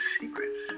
secrets